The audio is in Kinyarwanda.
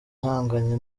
ahanganye